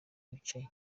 wicaye